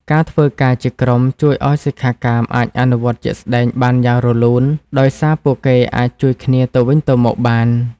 ការធ្វើការជាក្រុមជួយឲ្យសិក្ខាកាមអាចអនុវត្តជាក់ស្ដែងបានយ៉ាងរលូន ដោយសារពួកគេអាចជួយគ្នាទៅវិញទៅមកបាន។